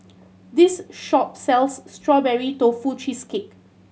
this shop sells Strawberry Tofu Cheesecake